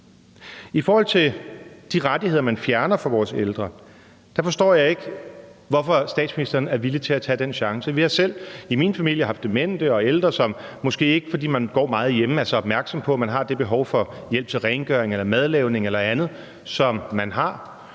I forhold til de rettigheder, man fjerner fra vores ældre, forstår jeg ikke, hvorfor statsministeren er villig til at tage den chance. Vi har selv i min familie haft demente og ældre, som, fordi man går meget hjemme, måske ikke er så opmærksom på, at man har det behov for hjælp til rengøring eller madlavning eller andet, som man har.